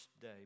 day